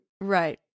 Right